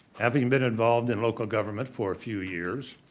having been involved in local government for a few years,